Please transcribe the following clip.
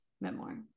memoir